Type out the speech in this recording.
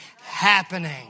happening